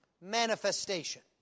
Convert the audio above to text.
manifestation